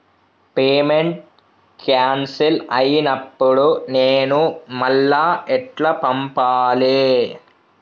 Payment cancel అయినపుడు నేను మళ్ళా ఎట్ల పంపాలే?